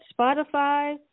Spotify